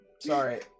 sorry